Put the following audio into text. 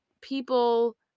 people